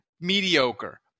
mediocre